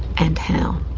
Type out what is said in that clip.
and how?